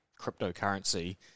cryptocurrency